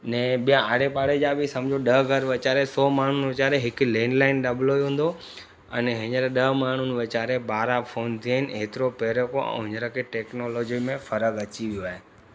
ने बि आड़े पाड़े जा बि सम्झो ॾह घर वेचारे सौ माण्हुनि वेचारे हिकु लैंड लाइन दॿलो हूंदो हो अने हींअर ॾह माण्हुनि वेचारे ॿारहं फोन ते आहिनि एतिरो पहिरियों को ऐं हींअर के टेक्नोलॉजीअ में फरक़ु अची वियो आहे